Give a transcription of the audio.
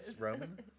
Roman